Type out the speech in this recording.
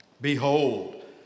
Behold